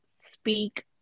speak